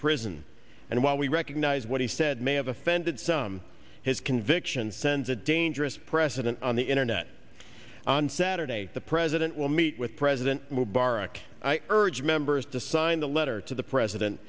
prison and while we recognize what he said may have offended some his convictions sends a dangerous precedent on the internet on saturday the president will meet with president mubarak i urge members to sign the letter to the president